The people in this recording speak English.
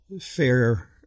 fair